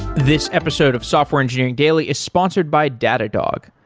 this episode of software engineering daily is sponsored by datadog.